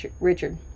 Richard